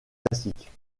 classiques